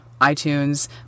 iTunes